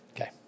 Okay